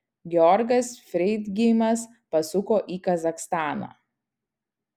georgas freidgeimas pasuko į kazachstaną